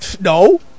No